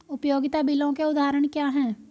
उपयोगिता बिलों के उदाहरण क्या हैं?